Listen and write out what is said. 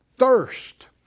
thirst